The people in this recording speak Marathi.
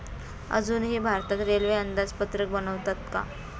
अजूनही भारतात रेल्वे अंदाजपत्रक बनवतात का?